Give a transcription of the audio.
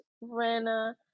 rena